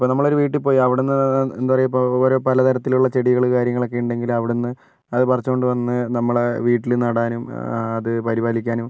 ഇപ്പോൾ നമ്മളൊരു വീട്ടിൽ പോയി അവിടെ നിന്ന് എന്താ പറയുക ഇപ്പോൾ ഓരോ പല തരത്തിലുള്ള ചെടികൾ കാര്യങ്ങളൊക്കെ ഉണ്ടെങ്കിലവിടെ നിന്ന് അത് പറിച്ചു കൊണ്ട് വന്ന് നമ്മളുടെ വീട്ടിൽ നടാനും അത് പരിപാലിക്കാനും